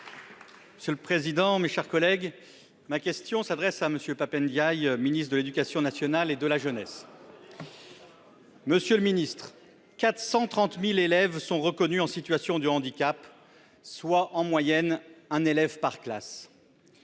pour le groupe Les Républicains. Ma question s'adresse à M. le ministre de l'éducation nationale et de la jeunesse. Monsieur le ministre, 430 000 élèves sont reconnus en situation de handicap, soit en moyenne un élève par classe.